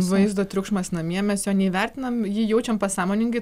vaizdo triukšmas namie mes jo neįvertinam jį jaučiam pasąmoningai